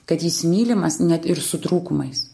kad jis mylimas net ir su trūkumais